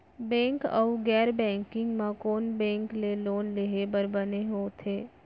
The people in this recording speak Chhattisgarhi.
बैंक अऊ गैर बैंकिंग म कोन बैंक ले लोन लेहे बर बने होथे?